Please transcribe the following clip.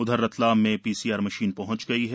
उधर रतलाम में PCR machine पहुंच गई है